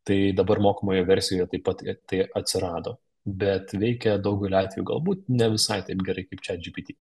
tai dabar mokamoje versijoje taip pat tai atsirado bet veikia daugeliu atvejų galbūt ne visai taip gerai kaip chatgpt